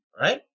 right